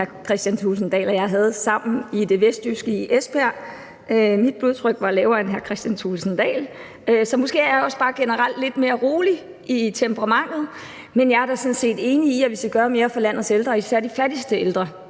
Kristian Thulesen Dahl og jeg havde sammen i det vestjyske, i Esbjerg – mit blodtryk var lavere end hr. Kristian Thulesen Dahls, så jeg har måske også bare generelt et lidt mere roligt temperament. Men jeg er da sådan set enig i, at vi skal gøre mere for landets ældre og især de fattigste ældre.